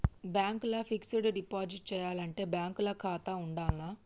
Bank ల fixed deposit చేయాలంటే bank ల ఖాతా ఉండాల్నా?